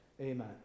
amen